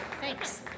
thanks